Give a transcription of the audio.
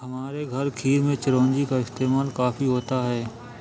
हमारे घर खीर में चिरौंजी का इस्तेमाल काफी होता है